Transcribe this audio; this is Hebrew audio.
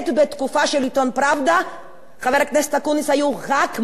חבר הכנסת אקוניס, היו רק מקנאים בשיטות שלכם.